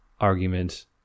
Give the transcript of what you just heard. argument